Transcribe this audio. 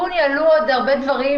בתיקון יעלו עוד הרבה דברים,